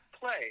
play